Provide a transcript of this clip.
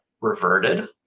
reverted